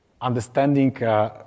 understanding